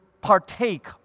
partake